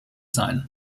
sein